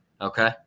Okay